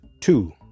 two